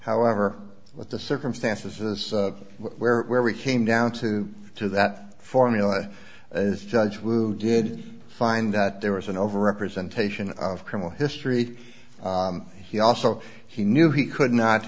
however what the circumstances where where we came down to to that formula as judge wound did find that there was an overrepresentation of criminal history he also he knew he could not